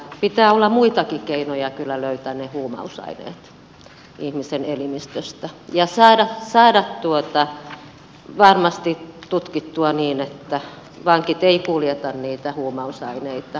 pitää olla muitakin keinoja kyllä löytää ne huumausaineet ihmisen elimistöstä ja saada varmasti tutkittua niin että vangit eivät kuljeta niitä huumausaineita